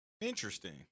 Interesting